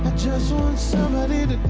somebody to